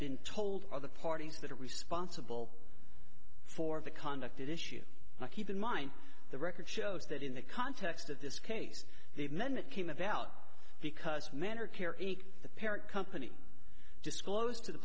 been told other parties that are responsible for the conduct issue i keep in mind the record shows that in the context of this case even then it came about because men are care the parent company disclosed to the